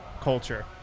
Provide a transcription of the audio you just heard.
culture